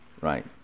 right